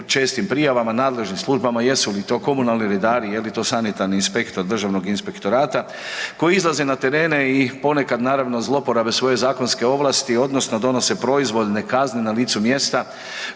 čestim prijavama, nadležnim službama, jesu li to komunalni redari, je li to sanitarni inspektor Državnog inspektorata koji izlaze na terene i ponekad naravno zloporabe svoje zakonske ovlasti odnosno donose proizvod, kazne na licu mjesta